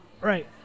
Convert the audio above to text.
Right